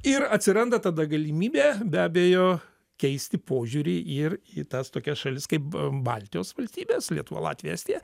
ir atsiranda tada galimybė be abejo keisti požiūrį ir į tas tokias šalis kaip baltijos valstybės lietuva latvija estija